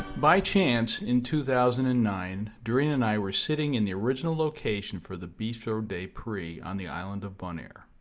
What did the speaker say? by chance, in two thousand and nine doreen and i were sitting in the original location for the bistro de paris on the island of bonaire.